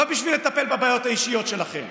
לא בשביל לטפל בבעיות האישיות שלכם.